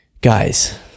Guys